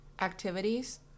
activities